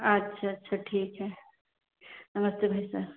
अच्छा अच्छा ठीक है नमस्ते भाई सा